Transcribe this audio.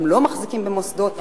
הם לא מחזיקים במוסדות.